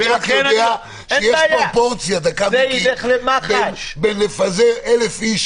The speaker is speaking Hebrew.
אני רק יודע שיש פרופורציה בין לפזר אלף איש